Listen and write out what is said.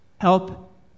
Help